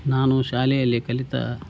ನಾನು ಶಾಲೆಯಲ್ಲಿ ಕಲಿತ